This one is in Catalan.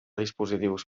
dispositius